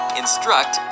instruct